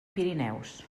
pirineus